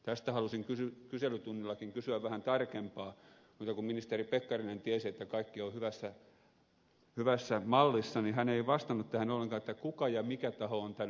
tästä halusin kyselytunnillakin kysyä vähän tarkemmin mutta kun ministeri pekkarinen tiesi että kaikki on hyvässä mallissa niin hän ei vastannut tähän ollenkaan kuka ja mikä taho on tämän ajanut